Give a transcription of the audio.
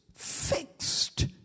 Fixed